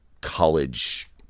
college